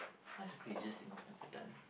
what's the craziest thing I've ever done